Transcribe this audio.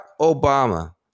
Obama